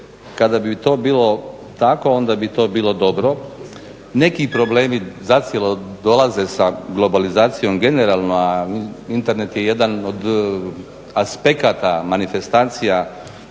Kada bi to bilo tako, onda bi to bilo dobro, neki problemi zacijelo dolaze sa globalizacijom generalno, a internet je jedan od aspekata manifestacija